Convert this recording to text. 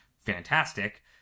fantastic